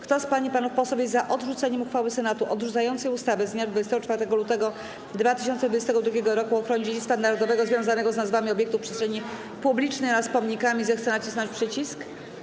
Kto z pań i panów posłów jest za odrzuceniem uchwały Senatu odrzucającej ustawę z dnia 24 lutego 2022 r. o ochronie dziedzictwa narodowego związanego z nazwami obiektów przestrzeni publicznej oraz pomnikami, zechce nacisnąć przycisk.